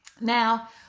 Now